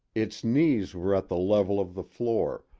its knees were at the level of the floor,